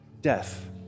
death